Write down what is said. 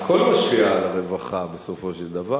הכול משפיע על הרווחה בסופו של דבר.